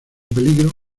peligro